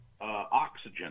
oxygen